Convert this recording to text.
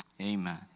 Amen